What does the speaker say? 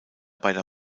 beider